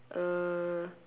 uh